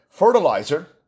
fertilizer